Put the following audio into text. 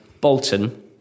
Bolton